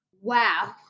Wow